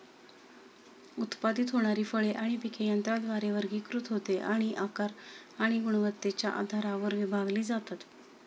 उत्पादित होणारी फळे आणि पिके यंत्राद्वारे वर्गीकृत होते आणि आकार आणि गुणवत्तेच्या आधारावर विभागली जातात